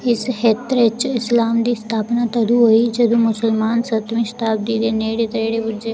इस खेत्तरै च इस्लाम दी स्थापना तदूं होई जदूं मुसलमान सतमीं शताब्दी दे नेड़े नेड़े पुज्जे